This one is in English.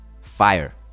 fire